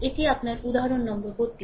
এটি আপনার উদাহরণ নম্বর 32